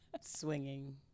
swinging